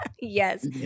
Yes